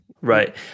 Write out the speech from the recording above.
Right